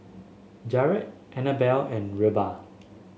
Jarret Annabell and Reba